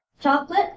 chocolate